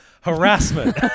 Harassment